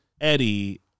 Eddie